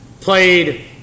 played